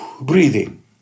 breathing